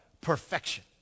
perfection